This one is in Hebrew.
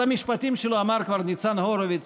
את המשפטים שלו אמר כבר ניצן הורוביץ.